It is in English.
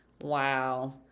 wow